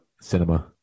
cinema